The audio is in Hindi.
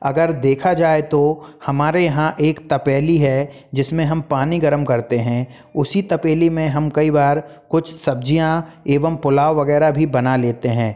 अगर देखा जाए तो हमारे यहाँ एक तपेली है जिसमें हम पानी गर्म करते हैं उसी तपेली में हम कई बार कुछ सब्ज़ियाँ एवम पुलाव वगैरह भी बना लेते हैं